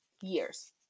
years